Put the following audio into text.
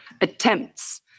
attempts